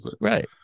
right